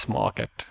market